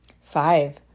Five